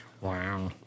Wow